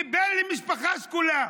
כבן למשפחה שכולה,